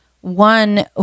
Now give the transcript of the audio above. one